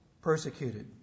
persecuted